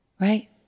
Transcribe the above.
right